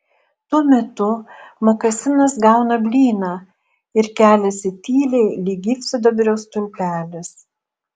tuo metu mokasinas gauna blyną ir keliasi tyliai lyg gyvsidabrio stulpelis